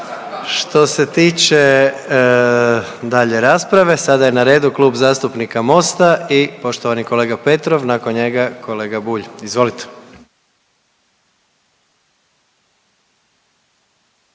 Što se tiče dalje rasprave, sada je na redu Kluba zastupnika Mosta i poštovani kolega Petrov, nakon njega kolega Bulj. Izvolite.